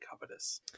Covetous